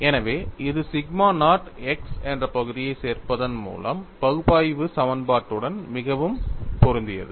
எனவே இது sigma naught x என்ற பகுதியைச் சேர்ப்பதன் மூலம் பகுப்பாய்வு சமன்பாட்டுடன் மிகவும் பொருந்தியது